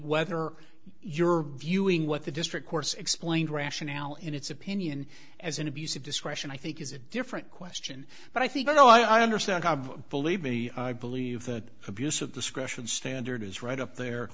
whether you're viewing what the district courts explained rationale in its opinion as an abuse of discretion i think is a different question but i think you know i understand believe me i believe that abuse of discretion standard is right up there